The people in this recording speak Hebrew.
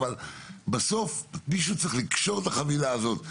אבל בסוף מישהו צריך לקשור את החבילה הזאת,